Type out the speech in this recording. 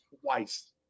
twice